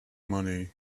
money